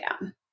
down